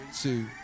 two